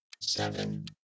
seven